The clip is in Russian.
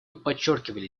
подчеркивали